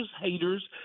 haters